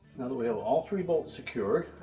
we have all three bolts secured,